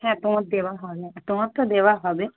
হ্যাঁ তোমার দেওয়া হয় না তোমার তো দেওয়া হবে